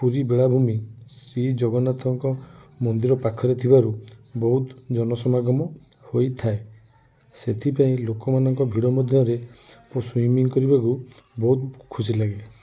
ପୁରୀ ବେଳାଭୂମି ଶ୍ରୀ ଜଗନ୍ନାଥ ଙ୍କ ମନ୍ଦିର ପାଖରେ ଥିବାରୁ ବହୁତ ଜନ ସମାଗନ ହୋଇଥାଏ ସେଥିପାଇଁ ଲୋକମାନଙ୍କ ଭିଡ଼ ମଧ୍ୟରେ ସ୍ଵିମିଙ୍ଗ୍ କରିବାକୁ ବହୁତ ଖୁସି ଲାଗେ